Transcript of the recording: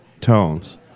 tones